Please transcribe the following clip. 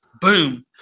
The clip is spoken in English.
boom